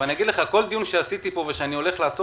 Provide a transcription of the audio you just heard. כל דיון שקיימתי פה ושאני אקיים,